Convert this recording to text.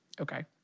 Okay